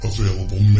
Available